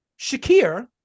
Shakir